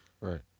Right